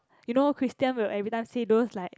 you know Christian will every time say those like